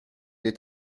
est